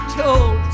told